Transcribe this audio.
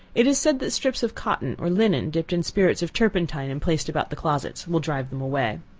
it is said that strips of cotton or linen dipped in spirits of turpentine, and placed about the closets, will drive them away.